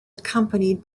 accompanied